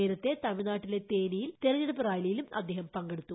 നേരത്തെ തമിഴ്നാട്ടിലെ തേനിയിൽ തെരഞ്ഞെടുപ്പ് റാലിയിലും അദ്ദേഹം പങ്കെടുത്തു